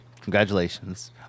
Congratulations